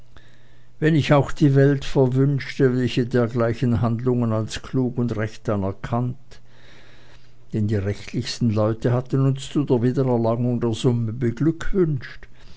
wenn ich auch die welt verwünschte welche dergleichen handlungen als klug und recht anerkennt denn die rechtlichsten leute hatten uns zu der wiedererlangung der summe beglückwünscht